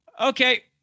Okay